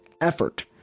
effort